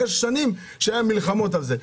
אחרי שנים שהיו מלחמות על זה.